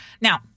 Now